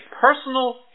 personal